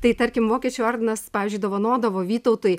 tai tarkim vokiečių ordinas pavyzdžiui dovanodavo vytautui